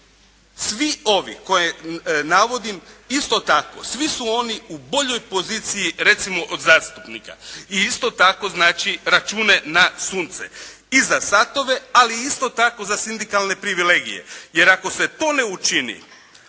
svi ovi koje navodim isto tako svi su oni u boljoj poziciji recimo od zastupnika i isto tako znači račune na sunce i za satove, ali isto tako za sindikalne privilegije. Jer ako se to ne učini,